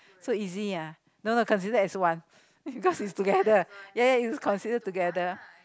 so easy ah no no considered as one because it's together ya ya it's considered together